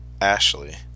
Ashley